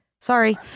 Sorry